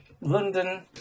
London